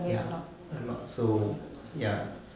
ya but not so ya